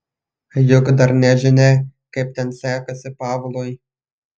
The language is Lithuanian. juk dar nežinia kaip ten sekasi pavlui